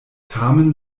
tamen